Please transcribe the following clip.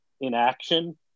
inaction